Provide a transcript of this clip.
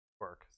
work